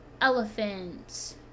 elephants